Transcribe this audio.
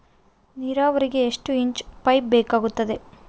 ನೇರಾವರಿಗೆ ಎಷ್ಟು ಇಂಚಿನ ಪೈಪ್ ಬೇಕಾಗುತ್ತದೆ?